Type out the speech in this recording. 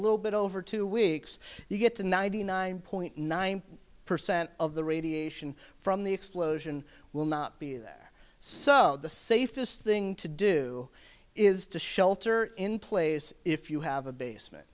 little bit over two weeks you get to ninety nine point nine percent of the radiation from the explosion will not be there so the safest thing to do is to shelter in place if you have a basement